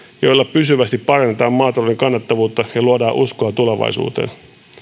joilla pysyvästi parannetaan maatalouden kannattavuutta ja luodaan uskoa tulevaisuuteen